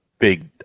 big